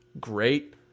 great